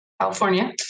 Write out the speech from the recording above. California